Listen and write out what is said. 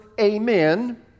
amen